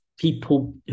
People